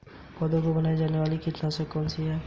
पौधों से बनाई जाने वाली कीटनाशक कौन सी है?